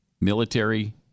military